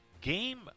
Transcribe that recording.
game